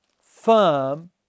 firm